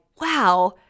wow